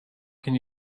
can